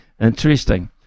Interesting